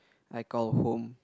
I call home